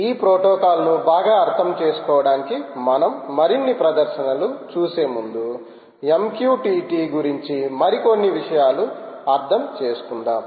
ఈ ప్రోటోకాల్ ను బాగా అర్థం చేసుకోవడానికి మనం మరిన్ని ప్రదర్శనలు చూసే ముందు MQTT గురించి మరికొన్ని విషయాలు అర్థం చేసుకుందాం